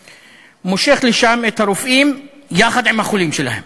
מושך לשם את הרופאים יחד עם החולים שלהם.